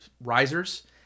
risers